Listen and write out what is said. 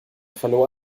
verlor